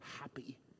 happy